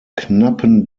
knappen